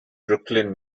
brooklyn